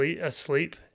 asleep